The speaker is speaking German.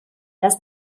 dass